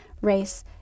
race